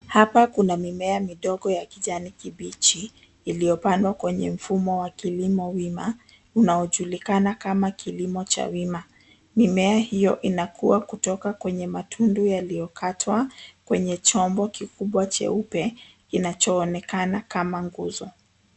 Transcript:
Hapa kuna mimea midogo ya kijani kibichi iliyopandwa kwenye mfumo wa kilimo wima, unaojulikana kama kilimo cha wima. Mimea hiyo inakua kutoka kwenye matundu yaliyokatwa kwenye chombo kikubwa cheupe kinachoonekana kama nguzo.